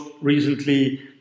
recently